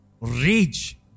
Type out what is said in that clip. Rage